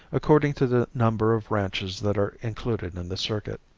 according to the number of ranches that are included in the circuit.